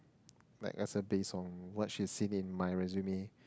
like as a based on what she seen in my resume